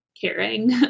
Caring